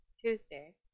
Tuesday